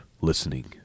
listening